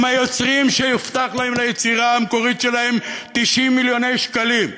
עם היוצרים שהובטחו ליצירה המקורית שלהם 90 מיליוני שקלים?